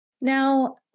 Now